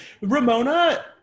Ramona